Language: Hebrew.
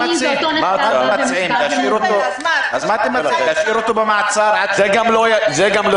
להשאיר אותו במעצר עד --- זה גם לא